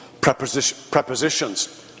prepositions